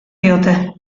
diote